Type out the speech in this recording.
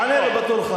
תענה לו בתורך.